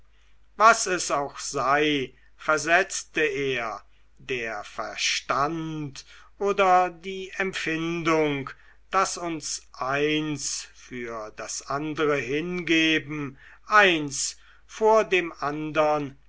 was es auch sei versetzte er der verstand oder die empfindung das uns eins für das andere hingeben eins vor dem andern